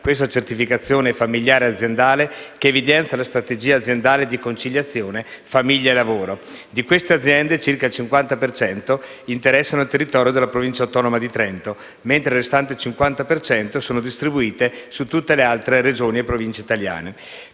questa certificazione familiare aziendale che evidenzia la strategia aziendale di conciliazione famiglia e lavoro. Di queste aziende circa il 50 per cento interessa il territorio della Provincia autonoma di Trento, mentre il restante 50 per cento è distribuito su tutte le altre Regioni italiane.